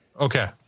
Okay